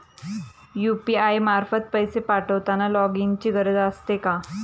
UPI मार्फत पैसे पाठवताना लॉगइनची गरज असते का?